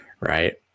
right